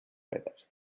rabbit